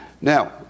Now